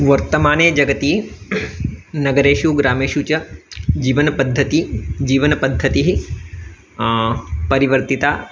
वर्तमाने जगति नगरेषु ग्रामेषु च जीवनपद्धतिः जीवनपद्धतिः परिवर्तिता